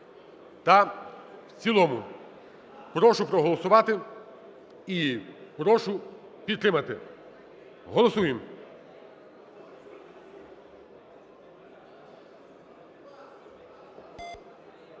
та в цілому. Прошу проголосувати і прошу підтримати. Голосуємо.